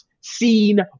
seen